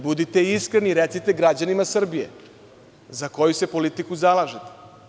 Budite iskreni i recite građanima Srbije za koju se politiku zalažete.